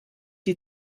die